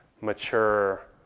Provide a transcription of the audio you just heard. mature